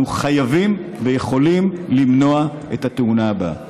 אנחנו חייבים ויכולים למנוע את התאונה הבאה.